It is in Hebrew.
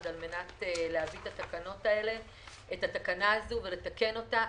על מנת להביא את התקנה הזאת ולתקן אותה.